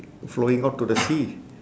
flowing out to the sea